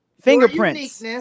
Fingerprints